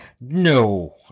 No